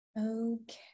Okay